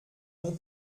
mon